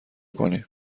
کنیم